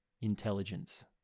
intelligence